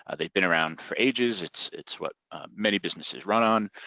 ah they've been around for ages, it's it's what many businesses run on.